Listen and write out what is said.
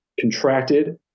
contracted